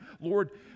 Lord